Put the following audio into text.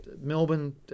Melbourne